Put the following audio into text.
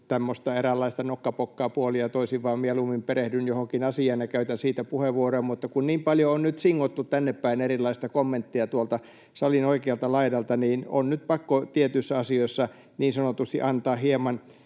eräänlaista nokkapokkaa puolin ja toisin, vaan mieluummin perehdyn johonkin asiaan ja käytän siitä puheenvuoroja. Mutta kun niin paljon on nyt singottu tännepäin erilaista kommenttia tuolta salin oikealta laidalta, niin on nyt pakko tietyissä asioissa niin sanotusti antaa hieman